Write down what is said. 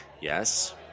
yes